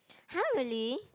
[huh] really